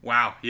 Wow